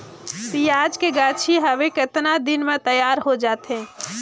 पियाज के गाछी हवे कतना दिन म तैयार हों जा थे?